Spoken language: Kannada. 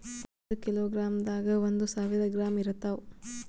ಒಂದ್ ಕಿಲೋಗ್ರಾಂದಾಗ ಒಂದು ಸಾವಿರ ಗ್ರಾಂ ಇರತಾವ